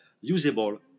usable